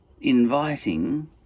inviting